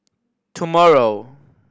tomorrow